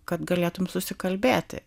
kad galėtum susikalbėti